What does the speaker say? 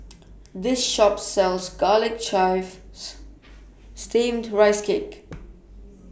This Shop sells Garlic Chives Steamed Rice Cake